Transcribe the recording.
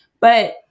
But-